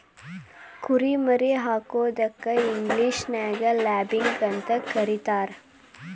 ಕುರಿ ಮರಿ ಹಾಕೋದಕ್ಕ ಇಂಗ್ಲೇಷನ್ಯಾಗ ಲ್ಯಾಬಿಂಗ್ ಅಂತ ಕರೇತಾರ